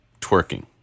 twerking